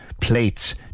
plates